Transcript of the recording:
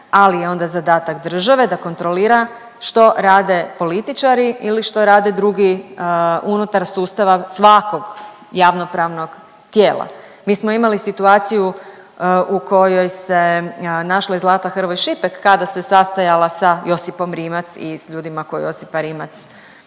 ali je onda zadatak države da kontrolira što rade političari ili što rade drugi unutar sustava svakog javnopravnog tijela. Mi smo imali situaciju u kojoj se našla i Zlata Hrvoj-Šipek kada se sastajala sa Josipom Rimac i s ljudima koje je Josipa Rimac